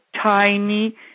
tiny